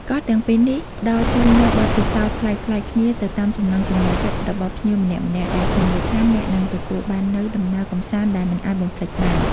កោះទាំងពីរនេះផ្តល់ជូននូវបទពិសោធន៍ប្លែកៗគ្នាទៅតាមចំណង់ចំណូលចិត្តរបស់ភ្ញៀវម្នាក់ៗ ដែលធានាថាអ្នកនឹងទទួលបាននូវដំណើរកម្សាន្តដែលមិនអាចបំភ្លេចបាន។